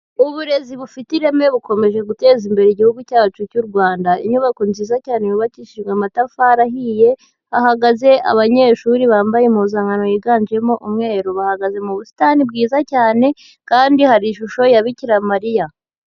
Uburezi bufite ireme bukomeje guteza imbere Igihugu cyacu cy'u Rwanda, inyubako nziza cyane yubakishijwe amatafari ahiye, hahagaze abanyeshuri bambaye impuzankano yiganjemo umweru, bahagaza mu busitani bwiza cyane kandi hari ishusho ya Bikira Mariya.